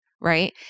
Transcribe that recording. right